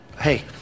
hey